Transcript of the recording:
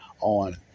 on